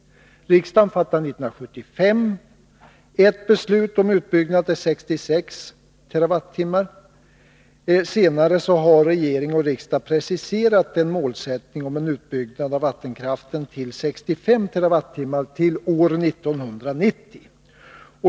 Riksdagen fattade 1975 ett beslut om utbyggnad till 66 TWh. Senare har regering och riksdag preciserat målsättningen om en utbyggnad av vattenkraften till 65 TWh till år 1990.